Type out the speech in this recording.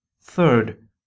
Third